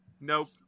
Nope